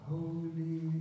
Holy